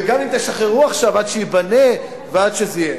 וגם אם תשחררו עכשיו, עד שייבנה ועד שזה יהיה.